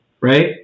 right